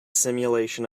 simulation